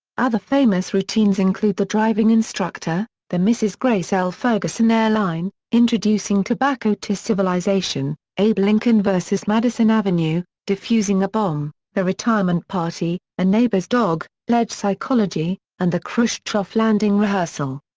other famous routines include the driving instructor, the mrs. grace l. ferguson airline, introducing tobacco to civilization, abe lincoln vs. madison avenue, defusing a bomb, the retirement party, a neighbour's dog, ledge psychology, and the khrushchev landing rehearsal.